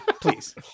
Please